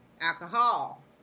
alcohol